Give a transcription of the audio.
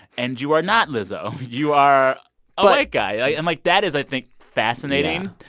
and you are not lizzo. you are a white guy. and, like, that is, i think, fascinating.